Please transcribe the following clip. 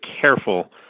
careful